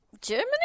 Germany